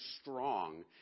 strong